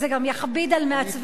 וזה גם יכביד על מעצבי,